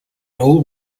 all